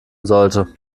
sollte